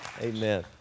Amen